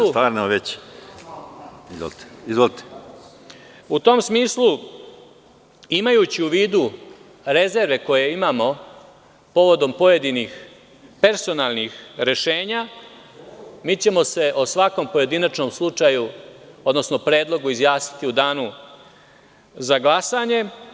U tom smislu, imajući u vidu rezerve koje imamo povodom pojedinih personalnih rešenja, mi ćemo se o svakom pojedinačnom slučaju, odnosno predlogu, izjasniti u danu za glasanje.